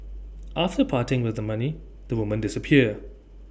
after parting with the money the women disappear